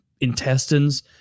intestines